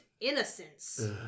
Innocence